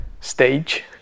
stage